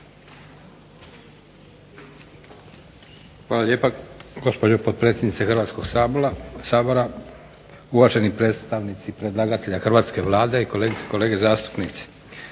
Hvala lijepa gospođo potpredsjednice Hrvatskog sabora, uvaženi predstavnici predlagatelja Hrvatske vlade i kolegice